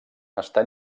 està